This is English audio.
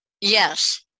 Yes